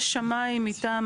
יש שמאי מטעם,